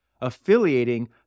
affiliating